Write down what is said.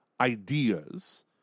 ideas